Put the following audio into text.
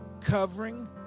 covering